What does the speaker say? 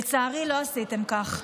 לצערי, לא עשיתם כך.